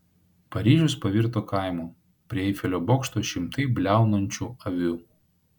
paryžius pavirto kaimu prie eifelio bokšto šimtai bliaunančių avių